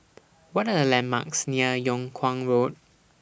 What Are The landmarks near Yung Kuang Road